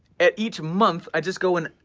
at each month i just go and,